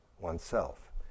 oneself